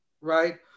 right